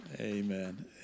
Amen